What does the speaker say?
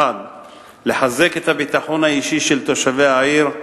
1. לחזק את הביטחון האישי של תושבי העיר,